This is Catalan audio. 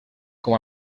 com